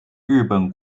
日本